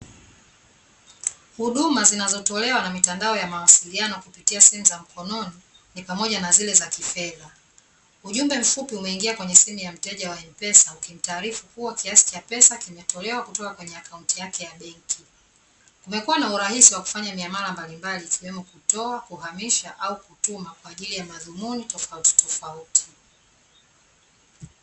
Huduma zinazotolewa na mitandao ya mawasiliano kupitia simu za mkononi ni pamoja na zile za kifedha. Ujumbe mfupi umeingia kwenye simu ya mteja wa M-Pesa ukimtaarifu kuwa kiasi cha pesa kimetolewa kutoka kwenye akaunti yake ya benki. Kumekuwa na urahisi wa kufanya miamala mbalimbali ikiwemo kutoa, kuhamisha au kutuma kwa ajili ya madhumuni tofauti tofauti.